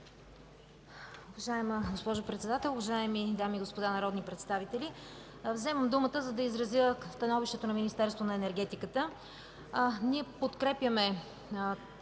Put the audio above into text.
Уважаема госпожо Председател, уважаеми дами и господа народни представители! Вземам думата, за да изразя становището на Министерството на енергетиката. Ние подкрепяме